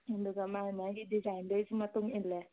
ꯑꯗꯨꯒ ꯃꯥꯒꯤ ꯃꯥꯒꯤ ꯗꯤꯖꯥꯏꯟꯗꯨꯒꯤꯁꯨ ꯃꯇꯨꯡ ꯏꯜꯂꯦ